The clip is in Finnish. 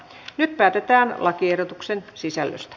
nyt päätetään lakiehdotuksen sisällöstä